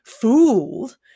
fooled